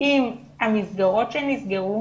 עם המסגרות שנסגרו,